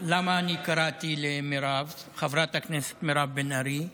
למה אני קראתי לחברת הכנסת מירב בן ארי ?